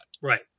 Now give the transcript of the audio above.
Right